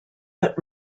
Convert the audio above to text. but